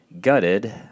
gutted